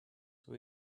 were